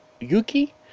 Yuki